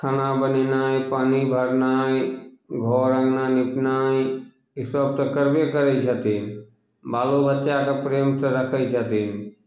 खाना बनेनाइ पानि भरनाइ घर अँगना निपनाइ ई सभ तऽ करबे करय छथिन बालो बच्चाके प्रेमसँ रखय छथिन